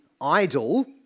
idle